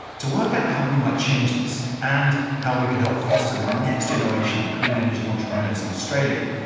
to work out how we might change this, and how we could help foster the next generation of clean energy entrepreneurs in australia,